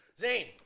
Zane